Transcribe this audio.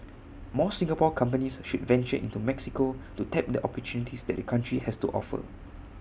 more Singapore companies should venture into Mexico to tap the opportunities that the country has to offer